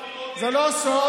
אנחנו שתלנו, זה לא סוד.